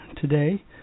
today